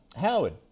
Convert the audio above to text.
Howard